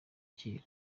kera